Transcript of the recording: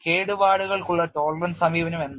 കേടുപാടുകൾക്കുള്ള tolerance സമീപനം എന്താണ്